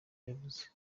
yavuze